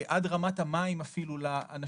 עד רמת מים לאנשים,